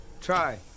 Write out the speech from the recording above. try